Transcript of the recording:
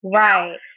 right